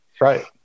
Right